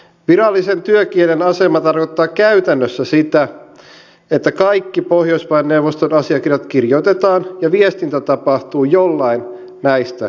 virallisen työkielen asema tarkoittaa käytännössä sitä että kaikki pohjoismaiden neuvoston asiakirjat kirjoitetaan ja viestintä tapahtuu jollain näistä kielistä